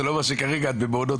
זה לא אומר שכרגע את במעונות